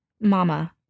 mama